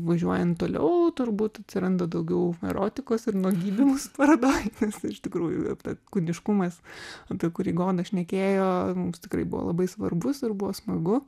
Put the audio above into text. važiuojant toliau turbūt atsiranda daugiau erotikos ir nuogybių mūsų parodoj nes iš tikrųjų kūniškumas apie kurį goda šnekėjo mums tikrai buvo labai svarbus ir buvo smagu